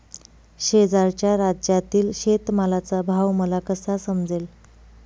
शेजारच्या राज्यातील शेतमालाचा भाव मला कसा समजेल?